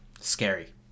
Scary